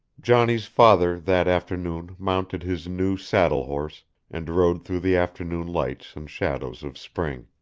johnny's father that afternoon mounted his new saddle-horse and rode through the afternoon lights and shadows of spring.